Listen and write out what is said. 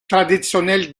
traditionell